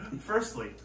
firstly